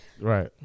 Right